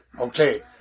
Okay